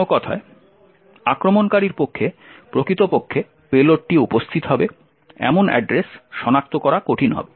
অন্য কথায় আক্রমণকারীর পক্ষে প্রকৃতপক্ষে পেলোডটি উপস্থিত হবে এমন অ্যাড্রেস সনাক্ত করা কঠিন হবে